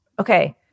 Okay